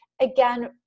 again